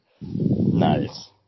Nice